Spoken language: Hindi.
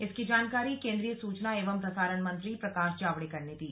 इसकी जानकारी केन्द्रीय सूचना एवं प्रसारण मंत्री प्रकाश जावडेकर ने दी